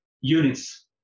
units